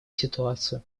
ситуацию